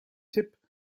tipp